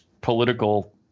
political